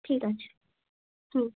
ঠিক আছে হুম